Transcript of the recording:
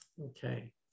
okay